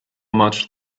much